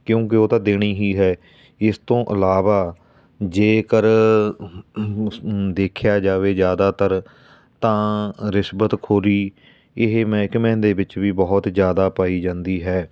ਕਿਉਂਕਿ ਉਹ ਤਾਂ ਦੇਣੀ ਹੀ ਹੈ ਇਸ ਤੋਂ ਇਲਾਵਾ ਜੇਕਰ ਦੇਖਿਆ ਜਾਵੇ ਜ਼ਿਆਦਾਤਰ ਤਾਂ ਰਿਸ਼ਵਤ ਖੋਰੀ ਇਹ ਮਹਿਕਮਿਆਂ ਦੇ ਵਿੱਚ ਵੀ ਬਹੁਤ ਜ਼ਿਆਦਾ ਪਾਈ ਜਾਂਦੀ ਹੈ